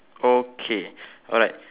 okay alright